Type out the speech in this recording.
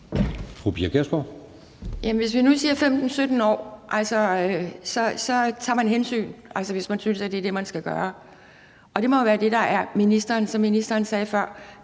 hvis vi nu siger 15-17 år, tager man hensyn – altså, hvis man synes, at det er det, man skal gøre, og det må jo være det, der er ministerens